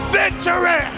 victory